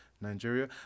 Nigeria